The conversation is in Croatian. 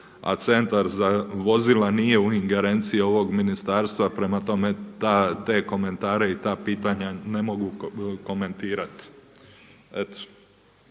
A centar za vozila nije u ingerenciji ovog ministarstva prema tome te komentare i ta pitanja ne mogu komentirati.